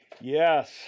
Yes